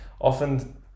often